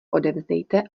odevzdejte